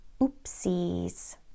Oopsies